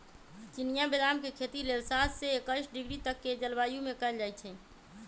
चिनियाँ बेदाम के खेती लेल सात से एकइस डिग्री तक के जलवायु में कएल जाइ छइ